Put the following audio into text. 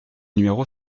numéro